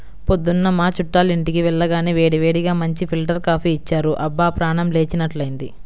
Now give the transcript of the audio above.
పొద్దున్న మా చుట్టాలింటికి వెళ్లగానే వేడివేడిగా మంచి ఫిల్టర్ కాపీ ఇచ్చారు, అబ్బా ప్రాణం లేచినట్లైంది